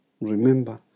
Remember